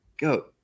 go